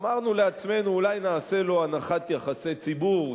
אמרנו לעצמנו: אולי נעשה לו הנחת יחסי ציבור,